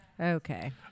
Okay